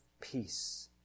peace